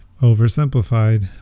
oversimplified